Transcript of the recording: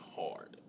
hard